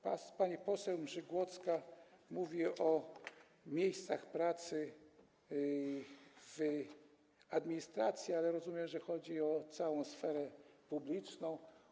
Pani poseł Mrzygłocka mówi o miejscach pracy w administracji, ale rozumiem, że chodzi o całą sferę publiczną.